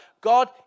God